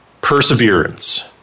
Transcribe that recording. Perseverance